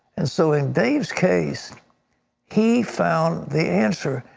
and so in dave's case he found the answer.